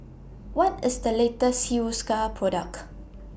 What IS The latest Hiruscar Product